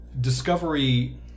Discovery